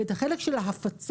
את החלק של ההפצה,